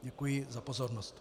Děkuji za pozornost.